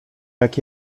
jak